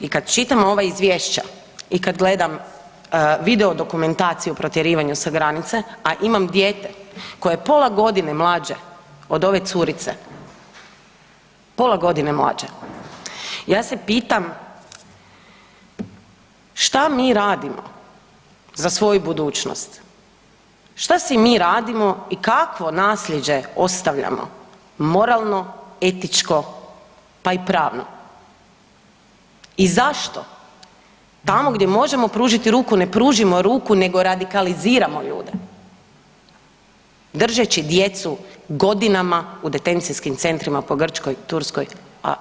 I kad čitam ova izvješća i kad gledam video dokumentaciju o protjerivanju sa granice, a imam dijete koja je pola godine mlađe od ove curice, pola godine mlađe, ja se pitam šta mi radimo za svoju budućnost, šta si mi radimo i kakvo naslijeđe ostavljamo moralno, etičko pa i pravno i zašto tamo gdje možemo pružiti ruku ne pružimo ruku nego radikaliziramo ljude držeći djecu godinama u detencijskim centrima po Grčkoj, Turskoj, a vidimo i u Hrvatskoj.